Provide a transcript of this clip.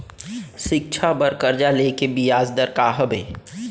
शिक्षा बर कर्जा ले के बियाज दर का हवे?